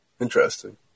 Interesting